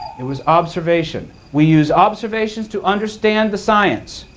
it was observation. we use observations to understand the science.